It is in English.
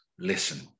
listen